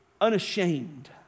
unashamed